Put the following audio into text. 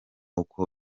uko